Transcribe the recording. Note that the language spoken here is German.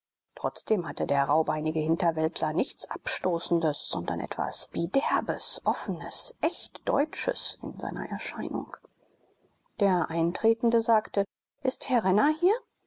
trotzdem hatte der rauhbeinige hinterwäldler nichts abstoßendes sondern etwas biderbes offnes echtdeutsches in seiner erscheinung der eingetretene sagte ist herr renner hier